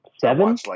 Seven